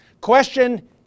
Question